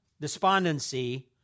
despondency